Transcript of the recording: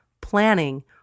planning